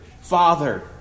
Father